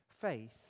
faith